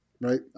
Right